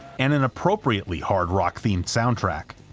and an appropriately hard rock-themed soundtrack.